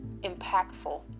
impactful